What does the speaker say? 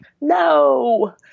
no